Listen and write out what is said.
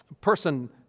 person